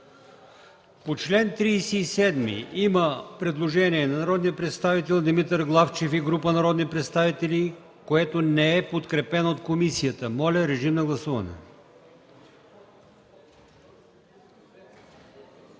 По чл. 62 – предложение на народния представител Димитър Главчев и група народни представители, което не е подкрепено от комисията. Моля, режим на гласуване.